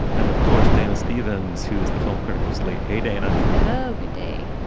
and of course dana stephens who is the film critic of slate. hey dana hello good day